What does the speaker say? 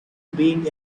being